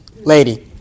lady